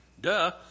Duh